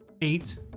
eight